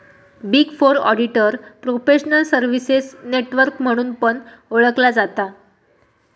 big four auditor professional services network म्हणून पण ओळखला जाता